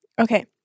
okay